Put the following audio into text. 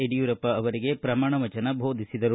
ಯಡಿಯೂರಪ್ಪ ಅವರಿಗೆ ಪ್ರಮಾಣ ವಚನ ಬೋಧಿಸಿದರು